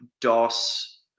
DOS